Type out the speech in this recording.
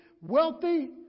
wealthy